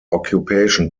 occupation